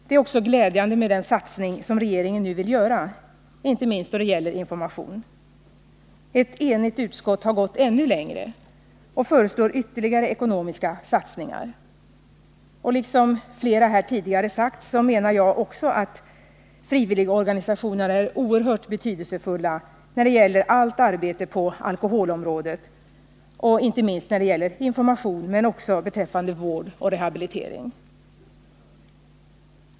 Det är också glädjande med den satsning som regeringen nu vill göra, inte minst då det gäller information. Ett enigt utskott har gått ännu längre och föreslår ytterligare ekonomiska satsningar. Jag instämmer i vad flera talare har sagt, att frivilligorganisationerna är oerhört betydelsefulla för arbetet på alkoholområdet — för information, vård och rehabilitering.